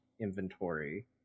inventory